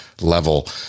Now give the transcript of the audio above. level